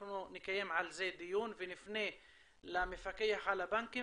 אנחנו נקיים על זה דיון ונפנה למפקח על הבנקים